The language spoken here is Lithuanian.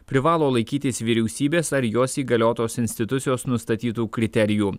privalo laikytis vyriausybės ar jos įgaliotos institucijos nustatytų kriterijų